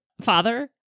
father